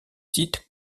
sites